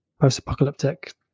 post-apocalyptic